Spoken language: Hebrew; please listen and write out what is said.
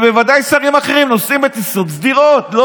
ובוודאי ששרים אחרים נוסעים בטיסות סדירות.